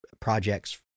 projects